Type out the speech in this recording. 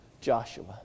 Joshua